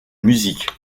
musique